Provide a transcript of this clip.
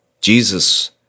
Jesus